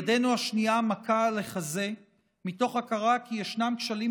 ידנו השנייה מכה על החזה מתוך הכרה כי ישנם כשלים